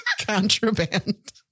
Contraband